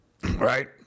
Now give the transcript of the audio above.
Right